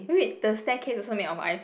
wa~ wait the staircase also made of ice